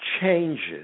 changes